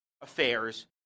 affairs